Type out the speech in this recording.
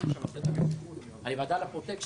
אני לא אכנס